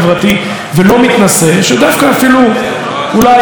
שדווקא אפילו אולי אפילו סבל מההתנשאות ההיא,